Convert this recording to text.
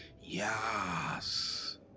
Yes